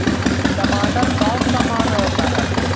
टमाटर कौन सा माह में होता है?